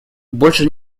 больше